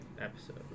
episode